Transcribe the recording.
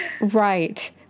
Right